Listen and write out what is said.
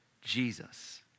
Jesus